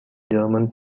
german